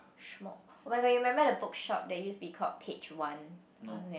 oh-my-god you remember the bookshop they used be called Page One